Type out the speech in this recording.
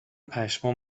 پشمام